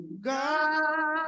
God